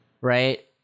right